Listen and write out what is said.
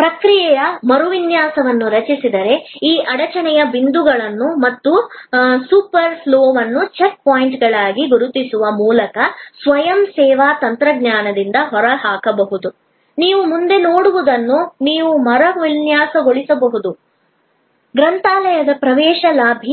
ಪ್ರಕ್ರಿಯೆಯ ಮರುವಿನ್ಯಾಸವನ್ನು ರಚಿಸಿದರೆ ಈ ಅಡಚಣೆಯ ಬಿಂದುಗಳನ್ನು ಮತ್ತು ಸೂಪರ್ ಫ್ಲೋವನ್ನು ಚೆಕ್ ಪಾಯಿಂಟ್ಗಳಾಗಿ ಗುರುತಿಸುವ ಮೂಲಕ ಸ್ವಯಂ ಸೇವಾ ತಂತ್ರಜ್ಞಾನದಿಂದ ಹೊರಹಾಕಬಹುದು ನೀವು ಮುಂದೆ ನೋಡುವುದನ್ನು ನೀವು ಮರುವಿನ್ಯಾಸಗೊಳಿಸಬಹುದು ಗ್ರಂಥಾಲಯದ ಪ್ರವೇಶ ಲಾಬಿ